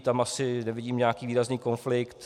Tam asi nevidím nějaký výrazný konflikt.